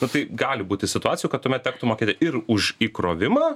nu tai gali būti situacijų kad tuomet tektų mokėti ir už įkrovimą